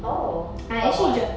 oh floorball